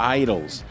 idols